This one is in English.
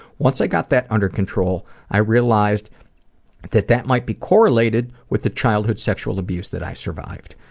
once i got that under control, i realized that that might be correlated with the childhood sexual abuse that i survived.